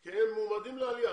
הם מועמדים לעלייה.